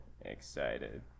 excited